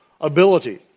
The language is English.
ability